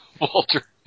Walter